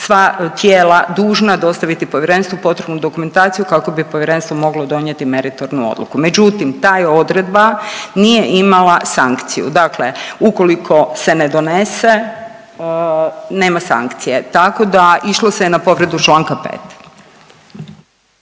sva tijela dužna dostaviti Povjerenstvu potrebnu dokumentaciju kako bi Povjerenstvo moglo donijeti meritornu odluku. Međutim, ta je odredba nije imala sankciju, dakle ukoliko se ne donese nema sankcije tako da se išlo se je na povredu čl. 5.